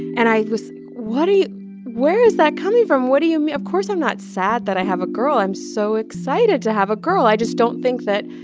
and i was what are where is that coming from? what do you mean? of course i'm not sad that i have a girl. i'm so excited to have a girl. i just don't think that